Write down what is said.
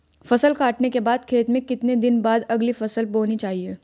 फसल काटने के बाद खेत में कितने दिन बाद अगली फसल बोनी चाहिये?